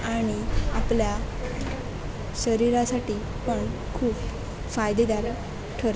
आणि आपल्या शरीरासाठी पण खूप फायदेदार ठरतं